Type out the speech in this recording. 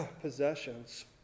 possessions